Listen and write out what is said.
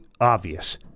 obvious